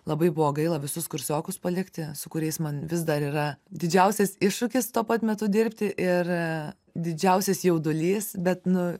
labai buvo gaila visus kursiokus palikti su kuriais man vis dar yra didžiausias iššūkis tuo pat metu dirbti ir didžiausias jaudulys bet nu